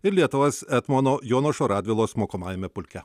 ir lietuvos etmono jonušo radvilos mokomajame pulke